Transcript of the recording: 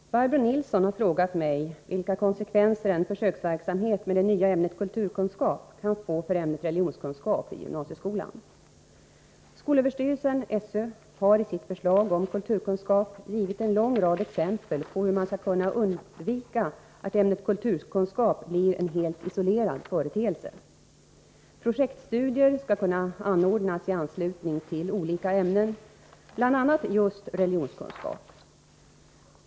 Herr talman! Barbro Nilsson i Örnsköldsvik har frågat mig vilka konsekvenser en försöksverksamhet med det nya ämnet kulturkunskap kan få för ämnet religionskunskap i gymnasieskolan. Skolöverstyrelsen har i sitt förslag om kulturkunskap givit en lång rad exempel på hur man skall kunna undvika att ämnet kulturkunskap blir en helt isolerad företeelse. Projektstudier skall kunna anordnas i anslutning till olika ämnen, bl.a. just religionskunskap.